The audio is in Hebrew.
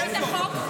איפה כתוב בתקנון?